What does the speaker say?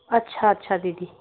अच्छा अच्छा दीदी